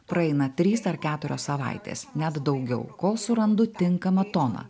praeina trys ar keturios savaitės net daugiau kol surandu tinkamą toną